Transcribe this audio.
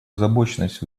озабоченность